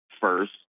first